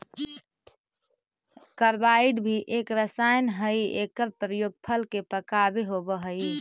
carbide भी एक रसायन हई एकर प्रयोग फल के पकावे होवऽ हई